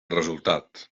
resultat